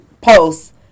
posts